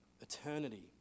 eternity